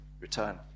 return